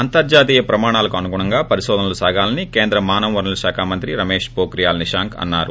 అంతర్హాతీయ ప్రమాణాలకు అనుగుణంగా పరిశోధనలు సాగాలని కేంద్ర మానవ వనరుల శాఖ మంత్రి రమేష్ హోక్రియాల్ నిశాంక్ అన్నారు